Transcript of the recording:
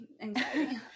anxiety